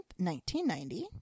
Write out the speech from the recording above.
1990